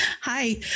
Hi